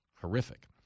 horrific